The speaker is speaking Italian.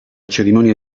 cerimonia